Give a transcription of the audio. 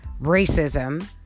racism